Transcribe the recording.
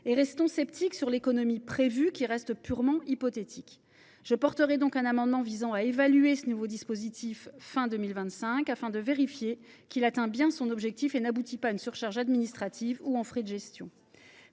et demeurons sceptiques quant à l’économie prévue, qui est à ce stade purement hypothétique. Je présenterai donc un amendement visant à évaluer ce nouveau dispositif fin 2025, afin de vérifier qu’il atteint bien son objectif et n’aboutit pas une surcharge administrative ou de frais de gestion.